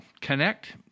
connect